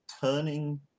turning